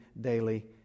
daily